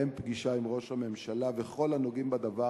פגישה עם ראש הממשלה וכל הנוגעים בדבר